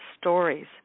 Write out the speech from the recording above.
stories